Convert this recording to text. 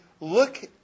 look